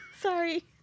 Sorry